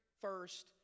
first